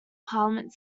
parliament